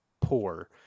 poor